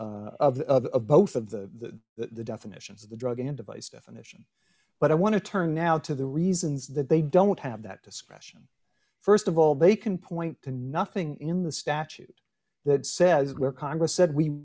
of both of the the definitions of the drug and device definition but i want to turn now to the reasons that they don't have that discretion st of all they can point to nothing in the statute that says where congress said we